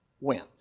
went